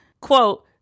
Quote